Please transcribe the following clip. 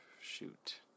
shoot